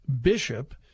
bishop